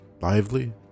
lively